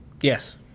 Yes